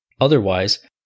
Otherwise